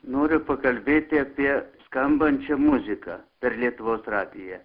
noriu pakalbėti apie skambančią muziką per lietuvos radiją